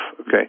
okay